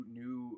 new